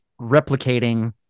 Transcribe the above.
replicating